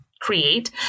create